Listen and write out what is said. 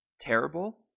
terrible